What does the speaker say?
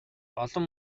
олон